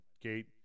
gate